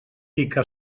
pica